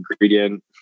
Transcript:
ingredient